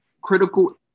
critical